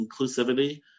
inclusivity